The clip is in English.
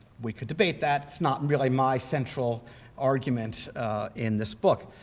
we could debate that. it's not really my central argument in this book.